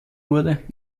wurde